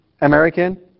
American